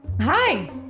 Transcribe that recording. Hi